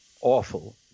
awful